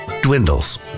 dwindles